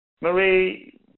Marie